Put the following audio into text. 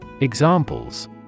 Examples